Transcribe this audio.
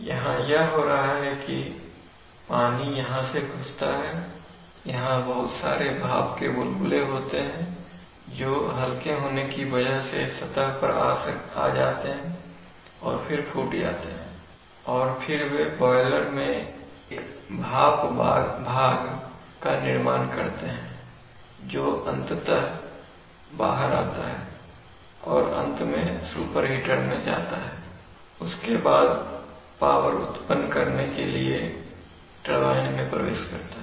यहां यह हो रहा है कि पानी यहां से घुसता है यहां बहुत सारे भाप के बुलबुले रहते हैं जो हल्के होने की वजह से सतह पर आ जाते हैं और फिर फूट जाते हैं और फिर वे बॉयलर में एक भाप भाग का निर्माण करते हैं जो अंततः बाहर आता है और अंत में सुपरहिटर मे जाता है और उसके बाद पावर उत्पन्न करने के लिए टरबाइन मैं प्रवेश करता है